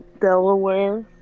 Delaware